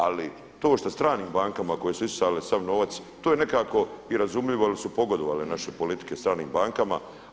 Ali to što stranim bankama koje su isisale sav novac to je nekako i razumljivo jer su pogodovale naše politike stranim bankama.